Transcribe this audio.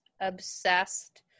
obsessed